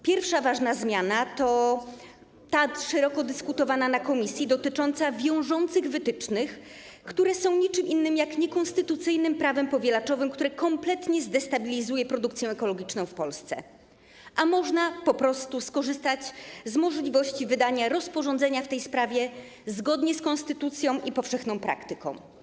Pierwsza ważna zmiana to ta szeroko dyskutowana na posiedzeniu komisji, dotycząca wiążących wytycznych, które są niczym innym jak niekonstytucyjnym prawem powielaczowym, które kompletnie zdestabilizuje produkcję ekologiczną w Polsce, a można po prostu skorzystać z możliwości wydania rozporządzenia w tej sprawie zgodnie z konstytucją i powszechną praktyką.